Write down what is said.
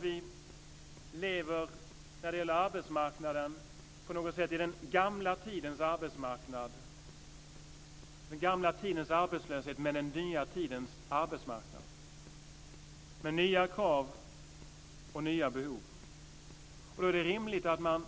Vi lever när det gäller arbetsmarknaden på något sätt i den gamla tidens arbetslöshet med den nya tidens arbetsmarknad med nya krav och nya behov. Det är då rimligt att man